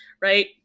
right